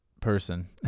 person